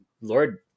Lord